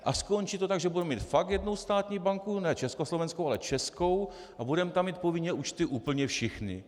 A skončí to tak, že budeme mít fakt jednu státní banku, ne československou, ale českou, a budeme tam mít povinně účty úplně všichni.